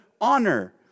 honor